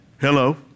Hello